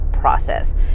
process